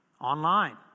Online